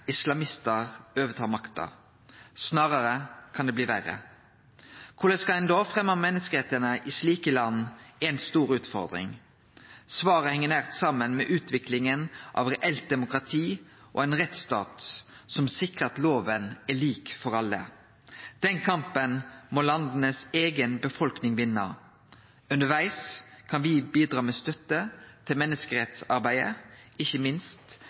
islamistar overtar makta. Snarare kan det bli verre. Korleis ein da skal fremje menneskerettane i slike land, er ei stor utfordring. Svaret heng nært saman med utviklinga av reelt demokrati og ein rettsstat som sikrar at loven er lik for alle. Den kampen må landas eiga befolkning vinne. Undervegs kan me bidra med støtte til menneskerettsarbeidet, ikkje minst